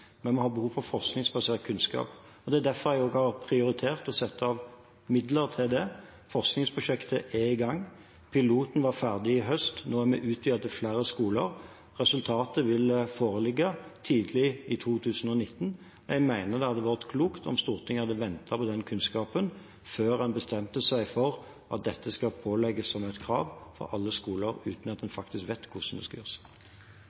men det er veldig ofte basert på innsatsen til ildsjeler. Vi har behov for forskningsbasert kunnskap, og det er derfor jeg har prioritert å sette av midler til det. Forskningsprosjektet er i gang. Piloten var ferdig i høst. Nå har vi utvidet til flere skoler, og resultatet vil foreligge tidlig i 2019. Jeg mener det hadde vært klokt om Stortinget hadde ventet på den kunnskapen før en bestemte seg for at dette skal pålegges som et krav til alle skoler, uten at en vet hvordan det skal